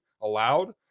allowed